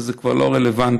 וזה כבר לא רלוונטי,